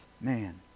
Man